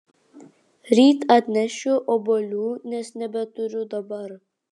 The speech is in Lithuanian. ryt atnešiu obuolių nes nebeturiu dabar